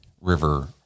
river